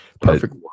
perfect